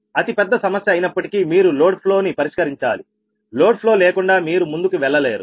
అది పెద్ద సమస్య అయినప్పటికీ మీరు లోడ్ ఫ్లో ని పరిష్కరించాలి లోడ్ ఫ్లో లేకుండా మీరు ముందుకు వెళ్ళలేరు